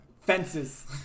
Fences